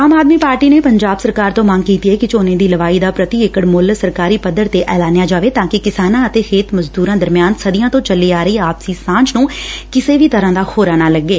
ਆਮ ਆਦਮੀ ਪਾਰਟੀ ਨੇ ਪੰਜਾਬ ਸਰਕਾਰ ਤੋਂ ਮੰਗ ਕੀਤੀ ਐ ਕਿ ਝੋਨੇ ਦੀ ਲਵਾਈ ਦਾ ਪੁਤੀ ਏਕੜ ਮੁੱਲ ਸਰਕਾਰੀ ਪੱਧਰ ਤੇ ਐਲਾਨਿਆ ਜਾਵੇ ਤਾਂ ਕਿ ਕਿਸਾਨਾਂ ਅਤੇ ਖੇਤ ਮਜ਼ਦੂਰਾਂ ਦਰਮਿਆਨ ਸਦੀਆਂ ਤੋਂ ਚੱਲੀ ਆ ਰਹੀ ਆਪਸੀ ਸਾਂਝ ਨੂੰ ਕਿਸੇ ਵੀ ਤਰਾਂ ਦਾ ਬੋਰਾ ਨਾ ਲੱਗੇ